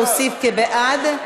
להוסיף כבעד.